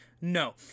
No